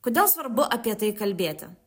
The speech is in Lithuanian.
kodėl svarbu apie tai kalbėti